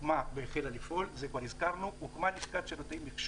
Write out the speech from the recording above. הן בהיבט של תשלומים והן כשאנחנו מדברים על עסקים קטנים ועל